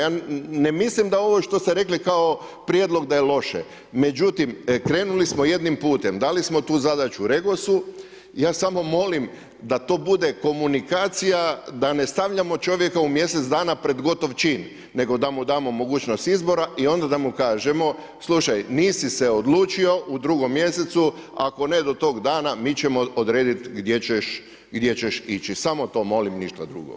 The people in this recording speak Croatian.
Ja ne mislim da ovo što ste rekli kao prijedlog da je loše, međutim krenuli smo jednim putem, dali smo tu zadaću REGOS-u, ja samo molim da to bude komunikacija, da ne stavljamo čovjeka u mjesec dana pred gotov čin nego da mu damo mogućnost izbora i onda da mu kažemo, slušaj nisi se odlučio u 2. mjesecu ako ne do tog dana mi ćemo odrediti gdje ćeš ići, samo to molim, ništa drugo.